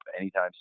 anytime